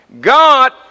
God